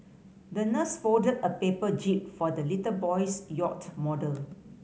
the nurse folded a paper jib for the little boy's yacht model